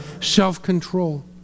self-control